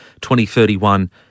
2031